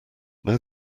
now